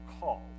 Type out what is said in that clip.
called